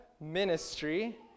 ministry